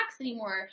anymore